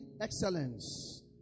excellence